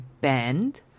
band